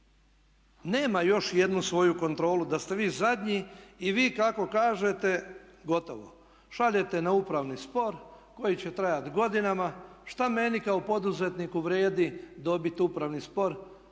nema još jednu svoju kontrolu da ste vi zadnji i vi kako kažete gotovo, šaljete na upravni spor koji će trajati godinama. Šta meni kao poduzetniku vrijedi dobiti upravni spor